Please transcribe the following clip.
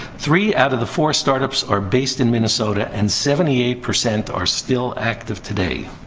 three out of the four startups are based in minnesota. and seventy eight percent are still active today.